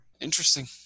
Interesting